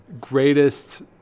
Greatest